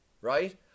Right